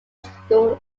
school